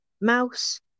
Mouse